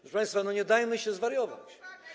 Proszę państwa, no nie dajmy się zwariować.